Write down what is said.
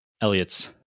Elliot's